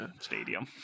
stadium